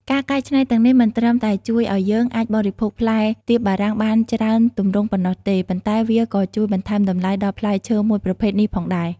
ការកែច្នៃទាំងនេះមិនត្រឹមតែជួយឱ្យយើងអាចបរិភោគផ្លែទៀបបារាំងបានច្រើនទម្រង់ប៉ុណ្ណោះទេ ប៉ុន្តែវាក៏ជួយបន្ថែមតម្លៃដល់ផ្លែឈើមួយប្រភេទនេះផងដែរ។